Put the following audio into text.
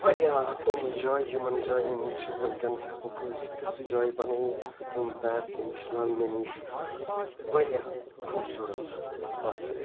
واریاہ تِمہٕ جایہِ یمن جاین چھُ وُنکٮ۪نس ہیٚکوکھ أسۍ تِژھٕ جایہِ بَنٲوِتھ یم پیرسہٕ نِش لنٛدنہٕ نِش واریاہ خوٗبصوٗرت آسان